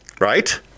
Right